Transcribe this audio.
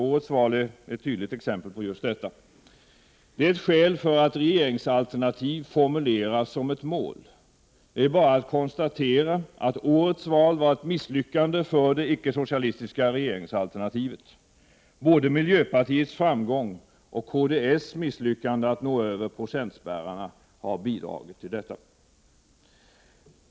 Årets val är ett tydligt exempel på just detta. Det är ett skäl för att regeringsalternativ formuleras som ett mål. Det är bara att konstatera att årets val var ett misslyckande för det icke-socialistiska regeringsalternativet. Både miljöpartiets framgång och kds misslyckande att nå över procentspärrarna har bidragit till detta.